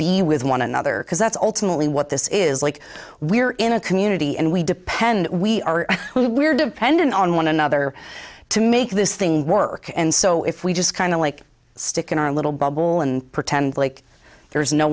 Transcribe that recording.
be with one another because that's ultimately what this is like we're in a community and we depend we are we're dependent on one another to make this thing work and so if we just kind of like stick in our little bubble and pretend like there's no